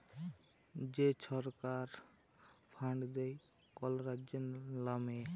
যে ছরকার ফাল্ড দেয় কল রাজ্যের লামে